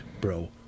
bro